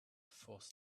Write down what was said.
forced